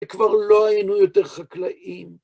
כבר לא היינו יותר חקלאים.